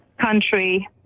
country